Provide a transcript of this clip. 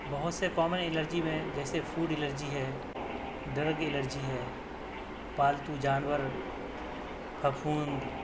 بہت سے common allergy میں جیسے فُڈ ایلرجی ہے ڈرگ ایلرجی ہے پالتو جانور پھپُھوند